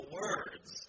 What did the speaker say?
words